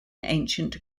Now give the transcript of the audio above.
ancient